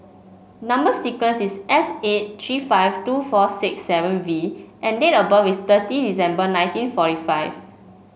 number sequence is S eight three five two four six seven V and date of birth is thirty December nineteen forty five